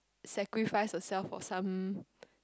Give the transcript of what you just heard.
sacrificed herself for some